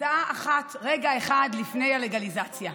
הצעה אחת, רגע אחד לפני הלגליזציה.